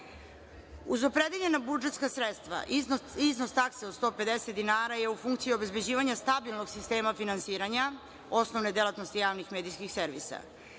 opredeljena budžetska sredstva iznos takse od 150 dinara je u funkciji obezbeđivanja stabilnog sistema finansiranja osnovne delatnosti javnih medijskih servisa,